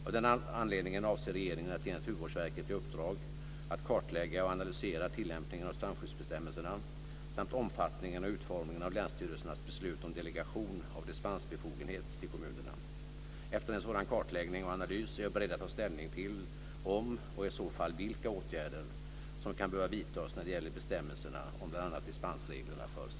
Av den anledningen avser regeringen att ge Naturvårdsverket i uppdrag att kartlägga och analysera tillämpningen av strandskyddsbestämmelserna samt omfattningen och utformningen av länsstyrelsernas beslut om delegation av dispensbefogenhet till kommunerna. Efter en sådan kartläggning och analys är jag beredd att ta ställning till om och i så fall vilka åtgärder som kan behöva vidtas när det gäller bestämmelserna om bl.a.